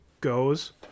goes